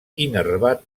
innervat